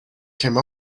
came